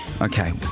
Okay